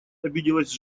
обиделась